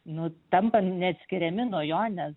nu tampa neatskiriami nuo jo nes